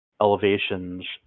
elevations